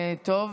טוב.